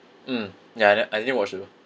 mm ya I ne~ I didn't watch also